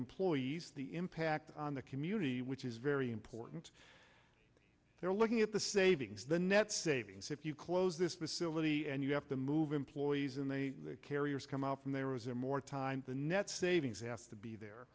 employees the impact on the community which is very important they're looking at the savings the net savings if you close this facility and you have to move employees in the carriers come up and there was a more time the net savings have to be there